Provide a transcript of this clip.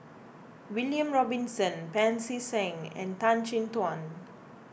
William Robinson Pancy Seng and Tan Chin Tuan